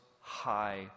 High